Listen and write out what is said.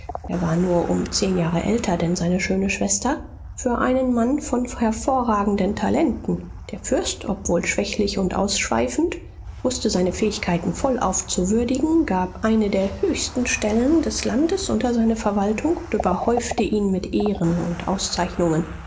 er war nur um zehn jahre älter denn seine schöne schwester für einen mann von hervorragenden talenten der fürst obwohl schwächlich und ausschweifend wußte seine fähigkeiten vollauf zu würdigen gab eine der höchsten stellen des landes unter seine verwaltung und überhäufte ihn mit ehren und auszeichnungen